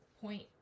point